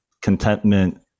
Contentment